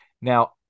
Now